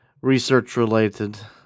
research-related